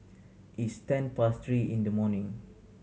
its ten past three in the morning